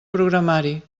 programari